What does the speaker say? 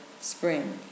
spring